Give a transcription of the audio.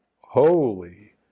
Holy